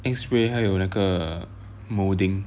X-ray 还有那个 moulding